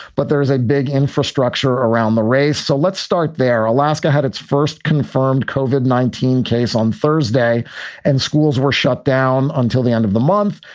but there is a big infrastructure around the race. so let's start there. alaska had its first confirmed covered nineteen case on thursday and schools were shut down until the end of the month.